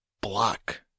block